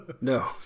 No